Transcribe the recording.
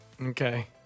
okay